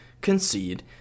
concede